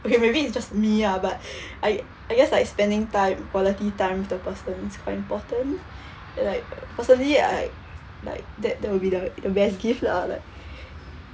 okay maybe it's just me ah but I I guess like spending time quality time with the person is quite important and like personally I like that that would be the the best gift lah like